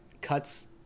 cuts